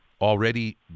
already